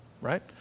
Right